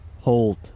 hold